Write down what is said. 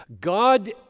God